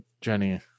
Jenny